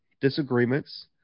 disagreements